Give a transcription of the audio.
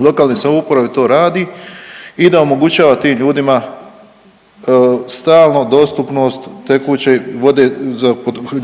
ima, da JLS to radi i da omogućava tim ljudima stalno dostupnost tekuće vode za